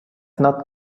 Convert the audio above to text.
not